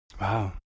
Wow